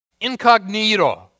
Incognito